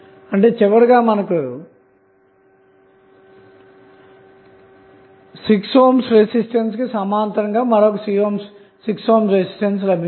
అంటే చివరిగా మనకు 6 ohm రెసిస్టన్స్ కు సమాంతరంగా మరొక 6 ohm రెసిస్టన్స్ లభించింది